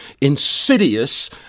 insidious